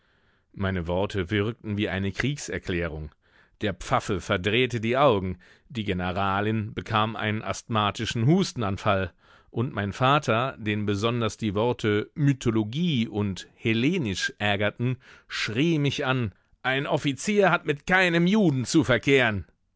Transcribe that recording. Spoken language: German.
meine worte wirkten wie eine kriegserklärung der pfaffe verdrehte die augen die generalin bekam einen asthmatischen hustenanfall und mein vater den besonders die worte mythologie und hellenisch ärgerten schrie mich an ein offizier hat mit keinem juden zu verkehren